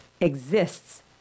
exists